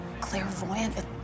clairvoyant